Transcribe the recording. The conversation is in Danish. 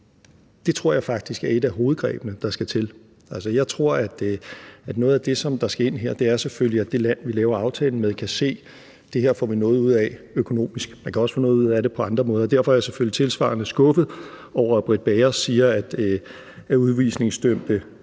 Det tror jeg faktisk er et af hovedgrebene, der skal til. Altså, jeg tror, at noget af det, som skal ind her, selvfølgelig er, at det land, vi laver aftalen med, kan se, at de får noget ud af det her økonomisk. Man kan også få noget ud af det på andre måder. Derfor er jeg selvfølgelig tilsvarende skuffet over, at fru Britt Bager siger, at udvisningsdømte